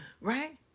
Right